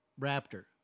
Raptor